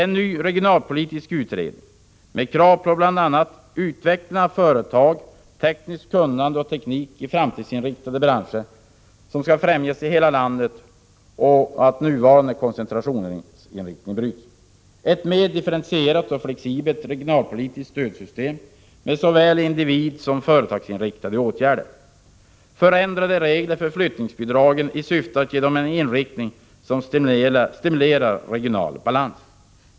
En ny regionalpolitisk utredning med krav på bl.a. att utveckling av företag, tekniskt kunnande och teknik i framtidsinriktade branscher skall främjas i hela landet och nuvarande koncentrationsinriktning brytas; ett mer differentierat och flexibelt regionalpolitiskt stödsystem med såväl individsom företagsinriktade åtgärder; förändrade regler för flyttningsbidragen i syfte att ge dem en inriktning som stimulerar regional balans.